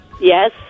Yes